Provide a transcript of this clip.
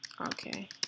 okay